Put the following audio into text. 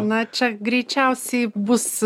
na čia greičiausiai bus